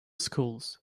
schools